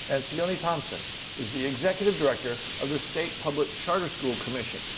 and sione thompson is the executive director of the state public charter school commission,